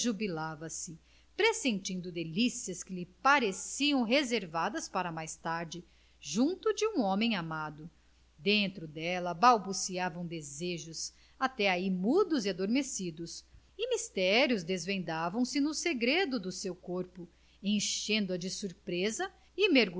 rejubilava se pressentindo delicias que lhe pareciam reservadas para mais tarde junto de um homem amado dentro dela balbuciavam desejos até ai mudos e adormecidos e mistérios desvendavam se no segredo do seu corpo enchendo-a de surpresa